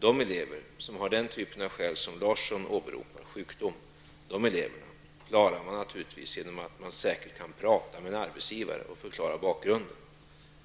De elever som har den typ av skäl som Roland Larsson åberopade, sjukdom, klarar det naturligtvis genom att tala med arbetsgivaren och förklara bakgrunden.